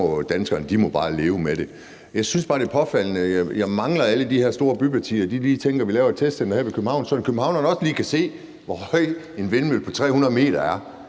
hvor danskerne bare må leve med det. Jeg synes bare, det er påfaldende. Jeg mangler, at alle de her store bypartier tænker: Vi laver et testcenter her ved København, sådan at københavnerne også lige kan se, hvor høj en vindmølle på 300 m er.